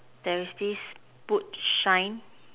there is this boot shine